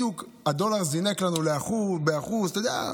בדיוק הדולר זינק לנו ב-1% אתה יודע,